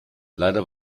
leider